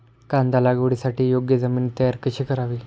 कांदा लागवडीसाठी योग्य जमीन तयार कशी करावी?